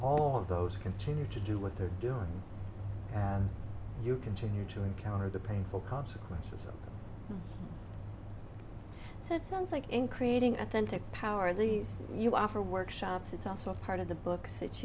all of those continue to do what they're doing and you continue to encounter the painful consequences so it sounds like in creating authentic power at least you offer workshops it's also a part of the books that